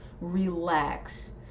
relax